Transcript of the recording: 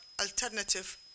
alternative